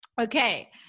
Okay